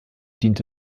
diente